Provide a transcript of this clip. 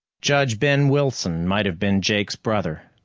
judge ben wilson might have been jake's brother.